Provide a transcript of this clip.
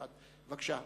בבקשה.